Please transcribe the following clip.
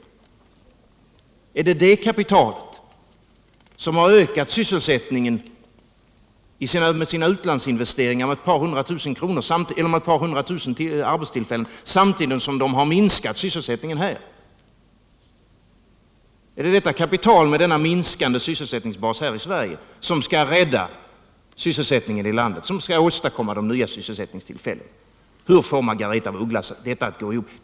Är det det kapitalet som har ökat sysselsättningen genom sina utlandsinvesteringar på ett par hundra tusen arbetstillfällen samtidigt som det har minskat sysselsättningen här hemma? Är det detta kapital, med sin minskande sysselsättningsbas här i Sverige, som skall rädda sysselsättningen i landet och åstadkomma de nya sysselsättningstillfällena? Hur får Margaretha af Ugglas detta att gå ihop?